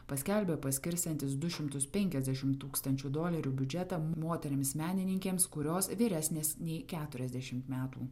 paskelbė paskirsiantis du šimtus penkiasdešimt tūkstančių dolerių biudžetą moterims menininkėms kurios vyresnės nei keturiasdešimt metų